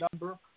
number